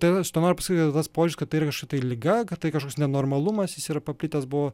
tai va aš tuo noriu pasakyt kad tas požiūris kad tai yra kažkokia tai liga kad tai kažkoks nenormalumas jis yra paplitęs buvo